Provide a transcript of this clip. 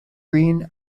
greene